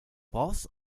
false